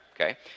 okay